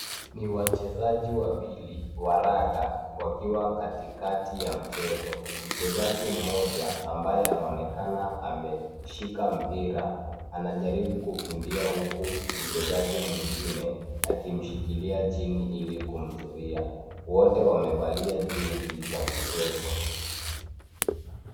Ni wachezaji wawili wa raga wakiwa katikati ya mchezo. Mchezaji mmoja ambaye anaonekana ameshika mpira, anajaribu kukimbia huku mchezaji mwingine akimshikilia chini ili kumzuia. Wote wamevalia jezi za michezo.